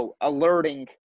alerting